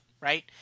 Right